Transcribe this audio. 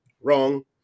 wrong